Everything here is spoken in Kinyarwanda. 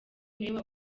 niwe